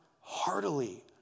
heartily